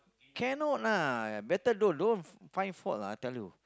cannot lah better don't don't find fault lah I tell you